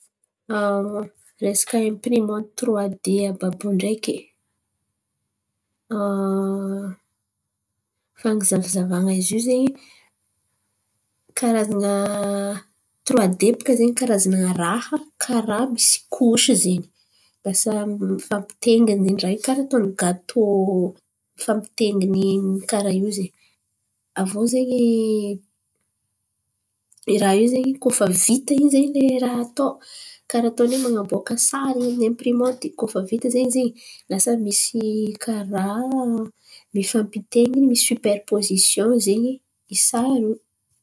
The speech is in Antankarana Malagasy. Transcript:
An resaka imprimanty tiroade àby àby io ndraiky. Fan̈azavazavan̈a izio zen̈y. Karazan̈a tiroade baka karan̈a raha karà misy kônsỳ zen̈y, lasa mifampitenginy zen̈y raha io karà ataony gatô mifampitenginy karà io zen̈y. Aviô zen̈y iraha io zen̈y koa fa vita in̈y ze lay raha atô karà ataony hoe man̈aboaka sary aminany. Inpirimanty koa fa vita zen̈y zin̈y lasa misy karà mifampitenginy misy siperipozisiona zen̈y isary io.